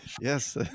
yes